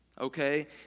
okay